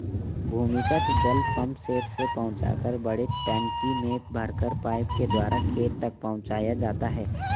भूमिगत जल पम्पसेट से पहुँचाकर बड़े टंकी में भरकर पाइप के द्वारा खेत तक पहुँचाया जाता है